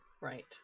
right